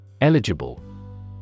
Eligible